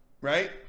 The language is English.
Right